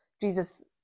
Jesus